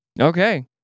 Okay